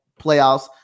playoffs